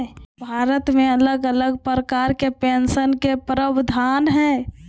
भारत मे अलग अलग प्रकार के पेंशन के प्रावधान हय